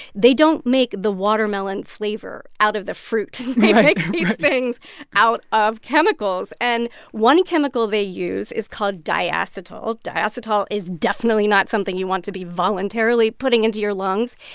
they don't make the watermelon flavor out of the fruit right they but make these things out of chemicals. and one chemical they use is called diacetyl. diacetyl is definitely not something you want to be voluntarily putting into your lungs.